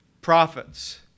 prophets